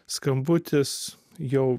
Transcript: skambutis jau